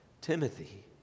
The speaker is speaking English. Timothy